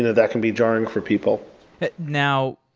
that can be jarring for people now,